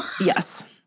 Yes